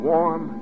Warm